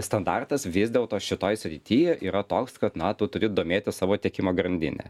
standartas vis dėlto šitoj srityj yra toks kad na tu turi domėtis savo tiekimo grandine